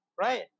right